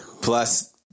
Plus